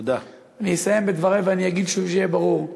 אני אסיים את דברי ואני אגיד שיהיה ברור: